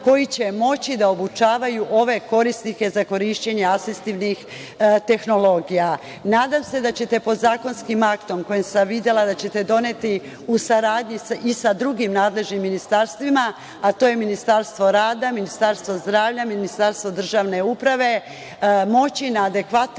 koji će moći da obučavaju ove korisnike za korišćenje asistivnih tehnologija. Nadam se da ćete podzakonskim aktom koji sam videla da ćete doneti u saradnji i sa drugim nadležnim ministarstvima, a to je Ministarstvo rada, Ministarstvo zdravlja, Ministarstvo državne uprave, moći na adekvatan